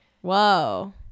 Whoa